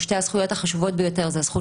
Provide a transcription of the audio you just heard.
שתי הזכויות החשובות ביותר זה הזכות